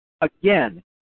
again